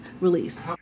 release